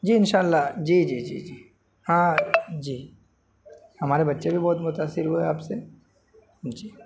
جی انشاء اللہ جی جی جی جی ہاں جی ہمارے بچے بھی بہت متأثر ہوئے آپ سے جی